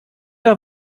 der